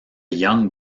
young